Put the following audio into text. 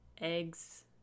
eggs